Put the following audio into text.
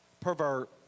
pervert